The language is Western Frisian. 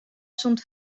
sûnt